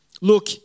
Look